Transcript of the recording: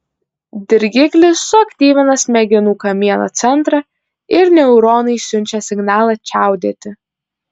dirgiklis suaktyvina smegenų kamieno centrą ir neuronai siunčia signalą čiaudėti